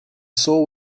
saw